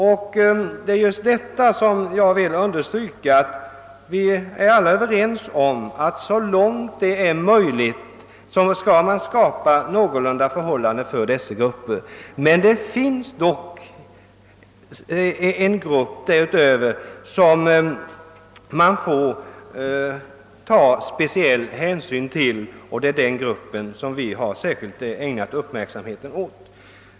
Jag vill särskilt understryka att vi alla är över ens om att vi så långt det är möjligt skall skapa sådana förhållanden för dessa grupper att de kan inordnas i Övrig skyddad verksamhet. Men det finns dock en grupp därutöver, som man får ta speciell hänsyn till, nämligen den grupp vi särskilt ägnat uppmärksamheten åt i motioner och reservationer.